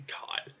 God